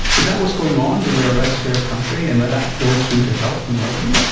is that what's going on, that we are a less fair country and that that flows through to health and well-being?